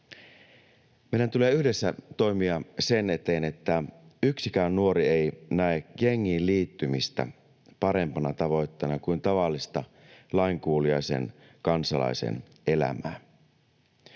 Meidän tulee yhdessä toimia sen eteen, että yksikään nuori ei näe jengiin liittymistä parempana tavoitteena kuin tavallista lainkuuliaisen kansalaisen elämää.